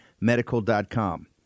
Medical.com